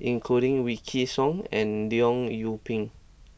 including Wykidd Song and Leong Yoon Pin